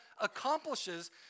accomplishes